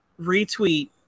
retweet